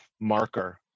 marker